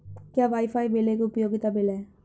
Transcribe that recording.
क्या wifi bill एक उपयोगिता बिल है?